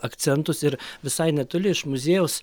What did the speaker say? akcentus ir visai netoli iš muziejaus